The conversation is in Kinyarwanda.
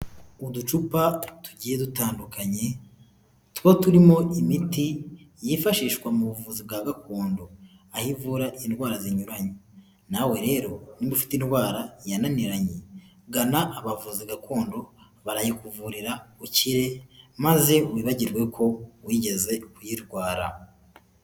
Uducupa tugiye dutandukanye tuba turimo imiti yifashishwa mu buvuzi bwa gakondo aho ivura indwara zinyuranye nawe rero nubwa ufite indwara yananiranye gana abavuzi ba gakondo barayikuvura ukire maze wibagirwe ko wigeze uyirwara.